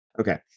okay